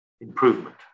improvement